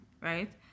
right